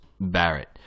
Barrett